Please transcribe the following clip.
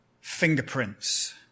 fingerprints